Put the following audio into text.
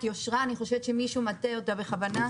יושרה אני חושבת שמישהו מטה אותה בכוונה,